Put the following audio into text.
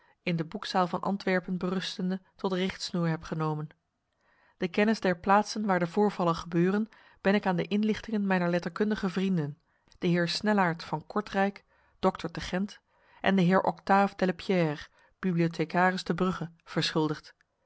in de boekzaal van antwerpen berustende tot richtsnoer heb genomen de kennis der plaatsen waar de voorvallen gebeuren ben ik aan de inlichtingen mijner letterkundige vrienden de heer snellaert van kortrijk dokter te gent en de heer octave delepierre bibliothecaris te brugge verschuldigd